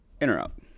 Interrupt